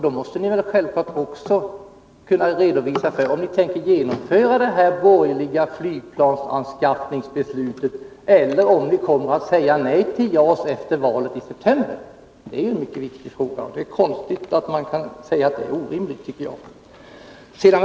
Då måste ni självfallet också kunna redovisa om ni tänker genomföra detta borgerliga flygplansanskaffningsbeslut eller om ni efter valet i september kommer att säga nej till JAS. Det är en mycket viktig fråga, och det är konstigt att man kan säga att det är orimligt att begära svar på den.